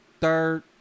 third